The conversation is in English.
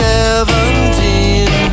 Seventeen